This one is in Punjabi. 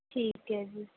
ਠੀਕ ਹੈ ਜੀ